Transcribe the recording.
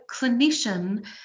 clinician